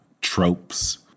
tropes